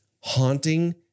haunting